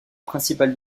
principale